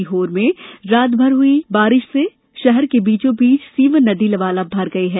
सीहोर में रात भर हुई बारिश से शहर के बीचो बीच सीवन नदी लबालब भर गई है